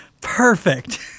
Perfect